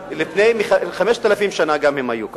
לפני 5,000 שנה גם הם היו כאן.